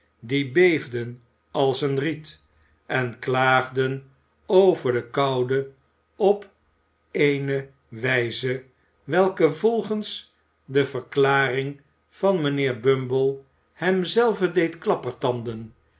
die beefden als een riet en klaagden over de koude op eene wijze welke volgens de verklaring van mijnheer bumble hem zelven deed